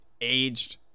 aged